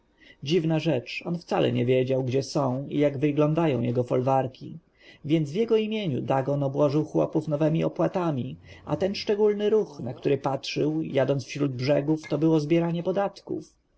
dziwna rzecz on wcale nie wiedział gdzie są i jak wyglądają jego folwarki więc w jego imieniu dagon obłożył chłopów nowemi opłatami a ten szczególny ruch na który patrzył jadąc wzdłuż brzegów to było zbieranie podatków